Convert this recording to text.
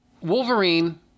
Wolverine